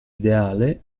ideale